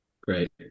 Great